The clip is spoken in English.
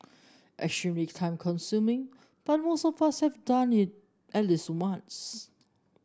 extremely time consuming but most of us have done it at least once